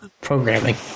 programming